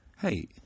hey